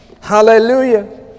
Hallelujah